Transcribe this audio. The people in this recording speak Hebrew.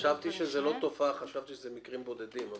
חשבתי שזו לא תופעה, חשבתי שאלו מקרים בודדים.